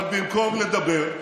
אבל במקום לדבר,